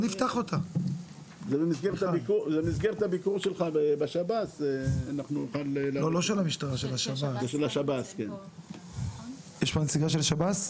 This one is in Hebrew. במסגרת הביקור שלך בשב"ס אנחנו נוכל- -- יש פה נציגה של השב"ס?